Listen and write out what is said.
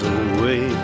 away